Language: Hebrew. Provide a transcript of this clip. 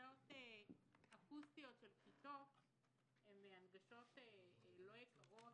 הנגשות אקוסטיות של כיתות הן הנגשות לא יקרות